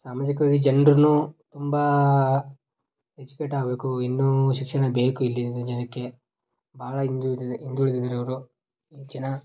ಸಾಮಾಜಿಕವಾಗಿ ಜನ್ರು ತುಂಬ ಎಜುಕೇಟಾಗಬೇಕು ಇನ್ನೂ ಶಿಕ್ಷಣ ಬೇಕು ಇಲ್ಲಿನ ಜನಕ್ಕೆ ಭಾಳ ಹಿಂದುಳಿದಿದೆ ಹಿಂದುಳ್ದಿದಾರೆ ಇವರು ಈ ಜನ